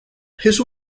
his